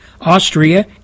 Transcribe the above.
Austria